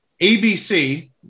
ABC